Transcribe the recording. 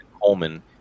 Coleman